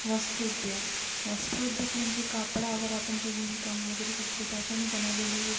वस्त्र उद्योग वस्त्र उद्योग म्हणजे कापडावर आपण जे विणकाम वगैरे करतो त्याच्याने बनवलेली एक